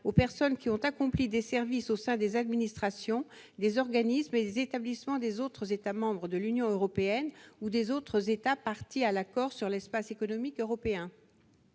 aux personnes qui ont accompli des services au sein des administrations, des organismes et des établissements des autres États membres de l'Union européenne ou des autres États parties à l'accord sur l'Espace économique européen.